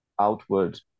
outward